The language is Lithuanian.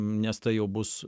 nes tai jau bus